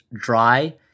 dry